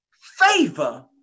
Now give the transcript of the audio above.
favor